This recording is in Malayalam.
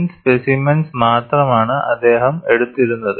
തിൻ സ്പെസിമെൻസ് മാത്രമാണ് അദ്ദേഹം എടുത്തിരുന്നത്